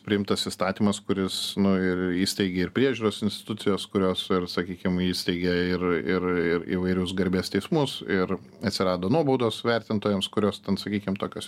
priimtas įstatymas kuris nu ir įsteigė ir priežiūros institucijos kurios sakykim įsteigė ir ir ir įvairius garbės teismus ir atsirado nuobaudos vertintojams kurios ten sakykime tokios